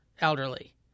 elderly